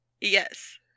Yes